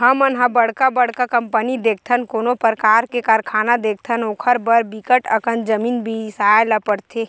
हमन ह बड़का बड़का कंपनी देखथन, कोनो परकार के कारखाना देखथन ओखर बर बिकट अकन जमीन बिसाए ल परथे